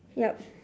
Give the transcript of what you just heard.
yup